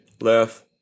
left